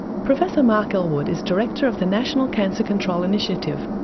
professor mark elwood is director of the national cancer control initiative.